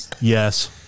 yes